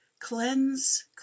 Cleanse